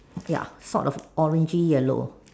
ya sort of orangey yellow